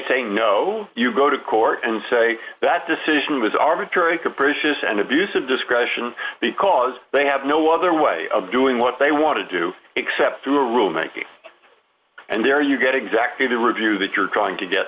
say no you go to court and say that decision was arbitrary capricious and abuse of discretion because they have no other way of doing what they want to do except through a room and there you get exactly the review that you're trying to get